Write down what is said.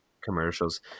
commercials